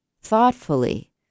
thoughtfully